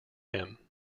him